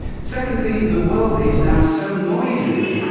secondly, the world is now so noisy,